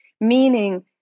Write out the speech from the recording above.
meaning